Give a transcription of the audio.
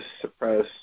suppress